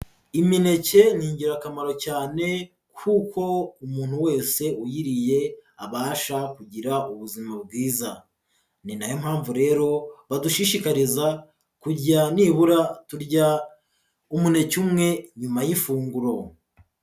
Imineke ni ingirakamaro cyane, kuko umuntu wese uyiriye abasha kugira ubuzima bwiza, ni nayo mpamvu rero badushishikariza kujya nibura turya umuneke umwe nyuma y'ifunguro.